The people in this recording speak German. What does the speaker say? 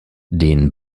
den